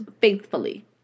faithfully